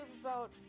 about-